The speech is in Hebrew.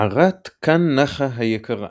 מערת כאן נחה היקרה